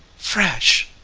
fresh!